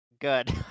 Good